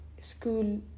school